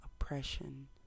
oppression